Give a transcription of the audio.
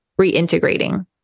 reintegrating